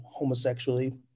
homosexually